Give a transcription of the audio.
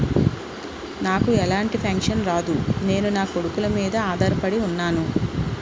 నాకు ఎలాంటి పెన్షన్ రాదు నేను నాకొడుకుల మీద ఆధార్ పడి ఉన్నాను